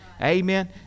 amen